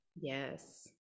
Yes